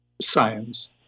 science